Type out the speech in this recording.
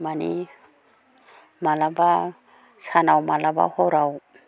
माने माब्लाबा सानाव माब्लाबा हराव